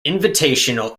invitational